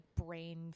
brain